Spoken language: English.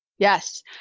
Yes